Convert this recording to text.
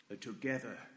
Together